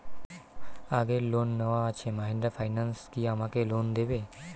আগের লোন নেওয়া আছে মাহিন্দ্রা ফাইন্যান্স কি আমাকে লোন দেবে?